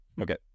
Okay